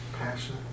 Passion